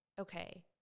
okay